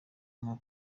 nka